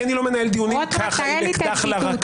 כי אני לא מנהל דיונים כך עם אקדח לרקה.